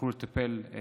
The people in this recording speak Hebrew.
שיוכלו לטפל.